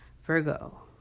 Virgo